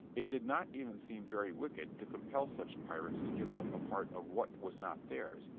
it did not even seem very wicked to compel such pirates to give up a part of what was not theirs,